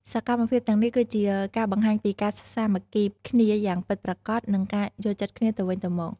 សកម្មភាពទាំងនេះគឺជាការបង្ហាញពីការសាមគ្គីគ្នាយ៉ាងពិតប្រាកដនិងការយល់ចិត្តគ្នាទៅវិញទៅមក។